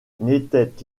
n’était